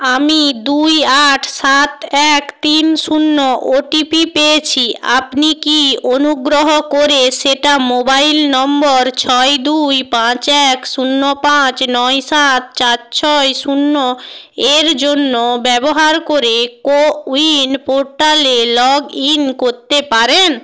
আমি দুই আট সাত এক তিন শূন্য ও টি পি পেয়েছি আপনি কি অনুগ্রহ করে সেটা মোবাইল নম্বর ছয় দুই পাঁচ এক শূন্য পাঁচ নয় সাত চার ছয় শূন্য এর জন্য ব্যবহার করেন কো উইন পোর্টালে লগইন করতে পারেন